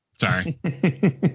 Sorry